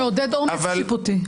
מעודד אומץ שיפוטי.